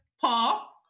Paul